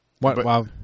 Wow